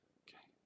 okay